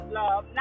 love